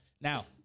Now